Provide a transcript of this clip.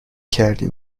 کردیم